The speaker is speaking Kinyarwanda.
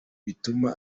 bituma